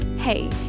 Hey